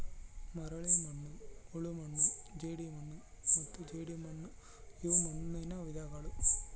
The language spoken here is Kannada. ಮರಳುಮಣ್ಣು ಹೂಳುಮಣ್ಣು ಜೇಡಿಮಣ್ಣು ಮತ್ತು ಜೇಡಿಮಣ್ಣುಇವು ಮಣ್ಣುನ ವಿಧಗಳು